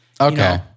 Okay